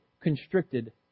constricted